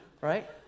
Right